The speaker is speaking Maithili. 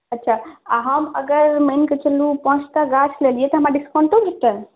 अच्छा आ हम अगर मानिके चलु पाँचटा गाछ लेलियै तऽ हमरा डिस्काउन्ट भेटतै